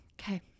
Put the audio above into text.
Okay